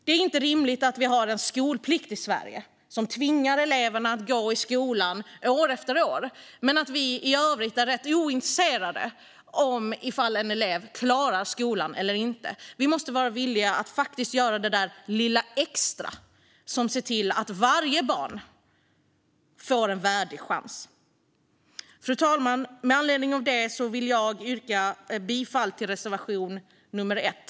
Det är inte rimligt att vi har en skolplikt i Sverige som tvingar eleverna att gå i skolan år efter år men att vi i övrigt är rätt ointresserade av om eleverna klarar skolan eller inte. Vi måste vara villiga att göra det där lilla extra som ser till att varje barn får en värdig chans. Fru talman! Med anledning av detta vill jag yrka bifall till reservation nummer 1.